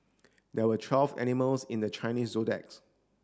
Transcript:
there are twelve animals in the Chinese Zodiacs